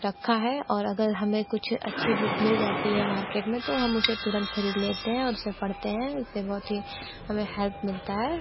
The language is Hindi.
रखा है और अगर हमें कुछ अच्छी बुक मिल जाती है मार्केट में तो हम उसे तुरंत खरीद लेते हैं और उसे पढ़ते हैं और उसे बहुत ही हमें हेल्प मिलता है